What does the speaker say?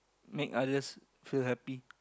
make others feel happy